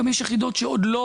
גם יש יחידות שעוד לא